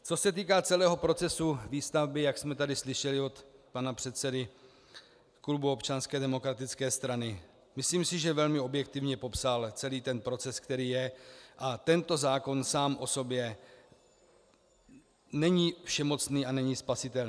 Co se týká celého procesu výstavby, jak jsme tady slyšeli od pana předsedy klubu Občanské demokratické strany, myslím, že velmi objektivně popsal celý ten proces, který je, a tento zákon sám o sobě není všemocný a není spasitelný.